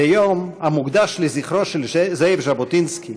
ביום המוקדש לזכרו של זאב ז'בוטינסקי